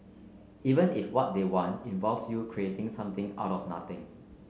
even if what they want involves you creating something out of nothing